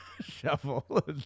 shovel